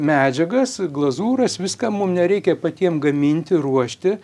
medžiagas glazūras viską mum nereikia patiem gaminti ruošti